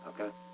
Okay